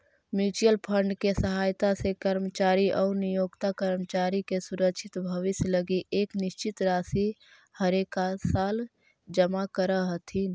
mutual fund के सहायता से कर्मचारी आउ नियोक्ता कर्मचारी के सुरक्षित भविष्य लगी एक निश्चित राशि हरेकसाल जमा करऽ हथिन